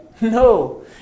No